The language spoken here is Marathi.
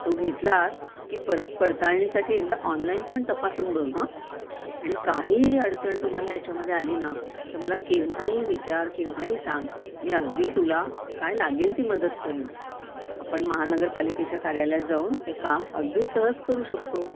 तो घेतलात की परत पडताळणीसाठी एकदा ऑनलाईन पण तपासून बघ हं आणि काहीही अडचण तुम्हाला याच्यामध्ये आली ना तं मला केव्हाही विचार केव्हाही सांग मी अगदी तुला काय लागेल ती मदत करीन आपण महानगरपालिकेच्या कार्यालयात जाऊन हे काम अगदी सहज करू शकतो